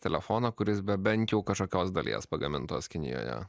telefoną kuris be bent jau kažkokios dalies pagamintos kinijoje